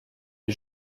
les